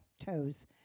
toes